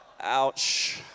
Ouch